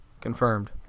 confirmed